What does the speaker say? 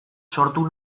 sortu